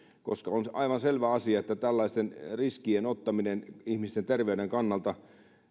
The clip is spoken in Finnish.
on aivan selvä asia että tämä on riskien ottamista ihmisten terveyden kannalta koska